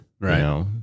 Right